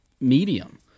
medium